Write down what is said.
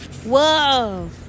whoa